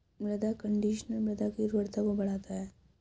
मृदा कंडीशनर मृदा की उर्वरता को बढ़ाता है